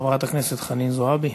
חברת הכנסת חנין זועבי.